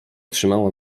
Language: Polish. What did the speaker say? trzymała